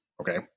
okay